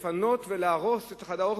לפנות ולהרוס את חדר האוכל,